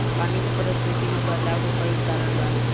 पानी के परिस्थिति में बदलाव के कई कारण बा